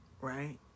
right